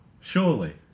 Surely